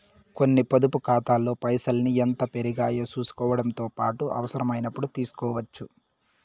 కొన్ని పొదుపు కాతాల్లో పైసల్ని ఎంత పెరిగాయో సూసుకోవడముతో పాటు అవసరమైనపుడు తీస్కోవచ్చు